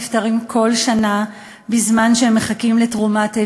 נפטרים כל שנה בזמן שהם מחכים לתרומת איבר,